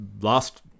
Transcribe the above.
last